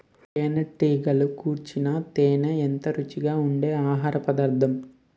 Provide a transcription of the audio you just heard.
తేనెటీగలు కూర్చిన తేనే ఎంతో రుచిగా ఉండె ఆహారపదార్థం